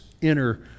inner